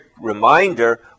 reminder